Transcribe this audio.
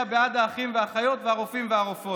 בעד האחים והאחיות והרופאים והרופאות.